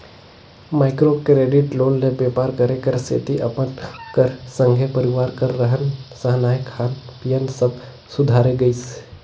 micro credit loan ले बेपार करे कर सेती अपन कर संघे परिवार कर रहन सहनए खान पीयन सब सुधारे गइस